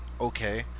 okay